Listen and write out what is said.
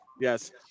Yes